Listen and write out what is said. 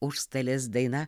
užstalės daina